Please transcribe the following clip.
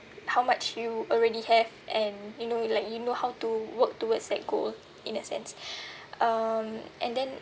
how much you already have and you know like you know how to work towards that goal in that sense um and then